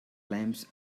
climbs